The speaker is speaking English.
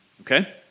okay